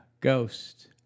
ghost